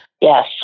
Yes